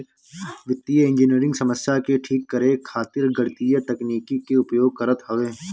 वित्तीय इंजनियरिंग समस्या के ठीक करे खातिर गणितीय तकनीकी के उपयोग करत हवे